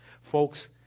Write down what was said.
Folks